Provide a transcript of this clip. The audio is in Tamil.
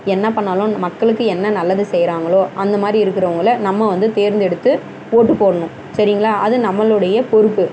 என்ன பண்ணாலும் மக்களுக்கு என்ன நல்லது செய்கிறாங்களோ அந்தமாதிரி இருக்கிறவங்கள நம்ம வந்து தேர்ந்தெடுத்து ஓட்டு போடணும் சரிங்களா அதுவும் நம்மளுடைய பொறுப்பு